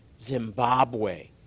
Zimbabwe